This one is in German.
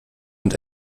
und